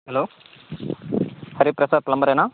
hello Hari Prasad ప్లంబరేనా